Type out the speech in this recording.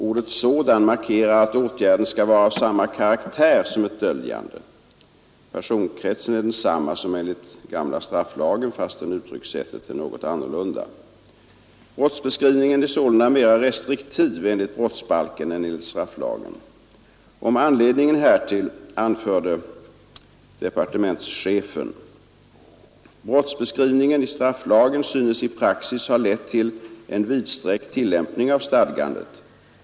Ordet ”sådan” markerar att åtgärden skall vara av samma karaktär som ett döljande. Personkretsen är densamma som enligt gamla strafflagen fastän uttryckssättet är något annorlunda. Brottsbeskrivningen är sålunda mera restriktiv enligt brottsbalken än enligt strafflagen. Om anledningen härtill anförde departementschefen följande. Brottsbeskrivningen i strafflagen synes i praxis ha lett till en vidsträckt tillämpning av stadgandet.